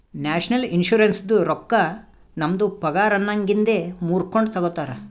national ಇನ್ಶುರೆನ್ಸದು ರೊಕ್ಕಾ ನಮ್ದು ಪಗಾರನ್ನಾಗಿಂದೆ ಮೂರ್ಕೊಂಡು ತಗೊತಾರ್